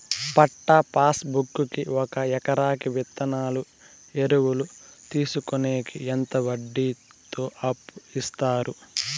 పట్టా pass book కి ఒక ఎకరాకి విత్తనాలు, ఎరువులు తీసుకొనేకి ఎంత వడ్డీతో అప్పు ఇస్తారు?